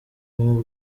b’u